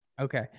Okay